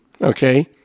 okay